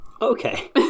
Okay